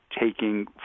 taking